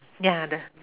ya the